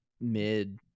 mid